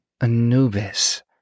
Anubis